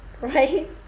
right